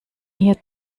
hier